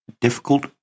difficult